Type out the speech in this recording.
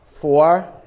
four